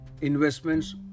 investments